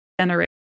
generate